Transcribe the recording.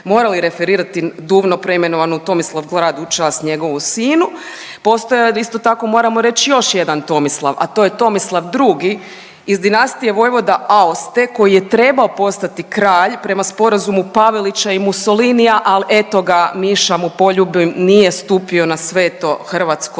morali referirati, Duvno preimenovano u Tomislav grad u čast njegovu sinu. Postojao je isto tako moramo reći još jedan Tomislav, a to je Tomislav II, iz dinastije Vojvoda Aoste koji je trebao postati kralj prema sporazumu Pavelića i Musolinija al eto ga miša mu poljubim, nije stupio na sveto hrvatsko